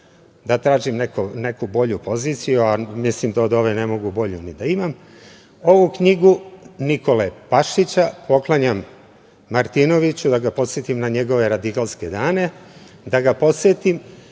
da tražim neku bolju poziciju, a mislim da od ove ne mogu bolju ni da imam. Ovu knjigu Nikole Pašića poklanjam Martinoviću, da ga podsetim na njegove radikalske dane, da ga podsetim